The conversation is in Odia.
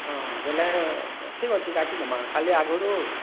ହଁ ବେଲେ ଠିକ୍ ଅଛେ କାଟି ଦେମା ଖାଲି ଆଗରୁ